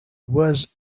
was